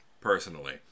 personally